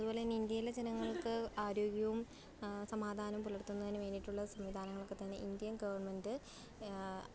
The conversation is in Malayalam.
അതുപോലെ തന്നെ ഇന്ത്യയിലെ ജനങ്ങൾക്ക് ആരോഗ്യവും സമാധാനവും പുലർത്തുന്നതിന് വേണ്ടിയിട്ടുള്ള സംവിധാനങ്ങളൊക്കെ തന്നെ ഇന്ത്യൻ ഗവൺമെൻറ്റ്